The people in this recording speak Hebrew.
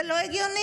זה לא הגיוני.